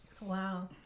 Wow